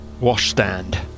washstand